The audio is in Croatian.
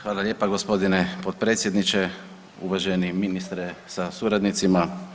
Hvala lijepa g. potpredsjedniče, uvaženi ministre sa suradnicima.